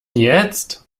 jetzt